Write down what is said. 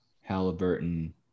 Halliburton